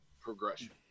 progression